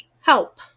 Help